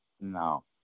No